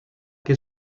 que